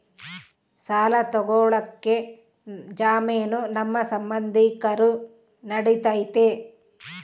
ಸಾಲ ತೊಗೋಳಕ್ಕೆ ಜಾಮೇನು ನಮ್ಮ ಸಂಬಂಧಿಕರು ನಡಿತೈತಿ?